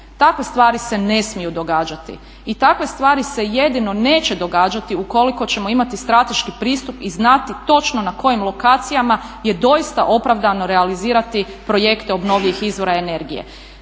Takve stvari se ne smiju događati i takve stvari se jedino neće događati ukoliko ćemo imati strateški pristup i znati točno na kojim lokacijama je doista opravdano realizirati projekte obnovljivih izvora energije.